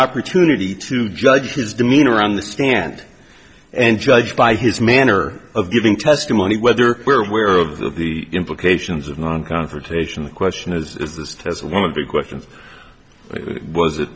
opportunity to judge his demeanor on the stand and judge by his manner of giving testimony whether we're aware of the implications of non confrontation the question is this test one of the questions it was that